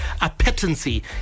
appetency